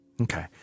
Okay